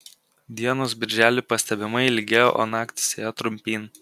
dienos birželį pastebimai ilgėjo o naktys ėjo trumpyn